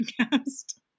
podcast